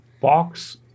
box